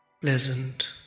pleasant